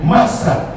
Master